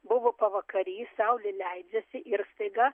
buvo pavakarys saulė leidžiasi ir staiga